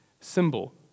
symbol